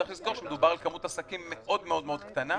צריך לזכור שמדובר בכמות עסקים מאוד מאוד מאוד קטנה.